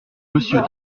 monsieur